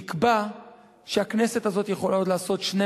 שיקבע שהכנסת הזאת יכולה עוד לעשות שני